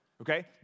Okay